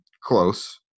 close